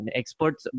experts